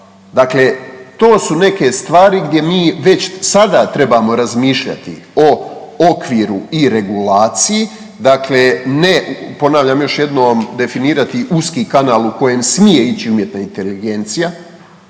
dakle to su neke stvari gdje mi već sada trebamo razmišljati o okviru i regulaciji, dakle ne, ponavljam još jednom, definirati uski kanal u kojem smije ići umjetna inteligencija